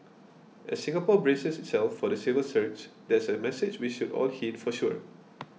as Singapore braces itself for the silver surge that's a message we should all heed for sure